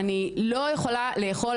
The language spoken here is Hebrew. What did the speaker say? אני לא יכולה לאכול,